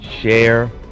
share